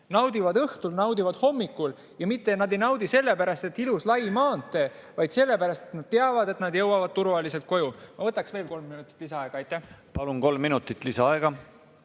naudivad õhtul, naudivad hommikul. Ja mitte sellepärast, et ilus lai maantee, vaid sellepärast, et nad teavad, et nad jõuavad turvaliselt koju. Ma võtan kolm minutit lisaaega. Palun, kolm minutit lisaaega!